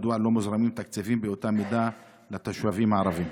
מדוע לא מוזרמים תקציבים באותה מידה לתושבים הערבים?